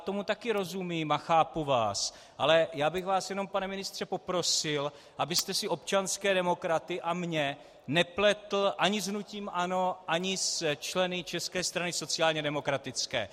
Tomu taky rozumím a chápu vás, ale já bych vás jenom, pane ministře, poprosil, abyste si občanské demokraty a mne nepletl ani s hnutím ANO ani se členy České strany sociálně demokratické.